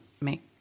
make